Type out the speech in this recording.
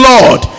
Lord